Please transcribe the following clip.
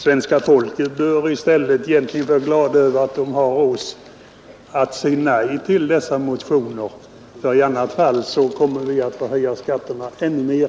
Svenska folket bör i stället egentligen vara glada över att ha oss som säger nej till dessa motioner för i annat fall kommer vi att få höja skatterna ännu mer.